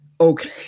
okay